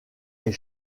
est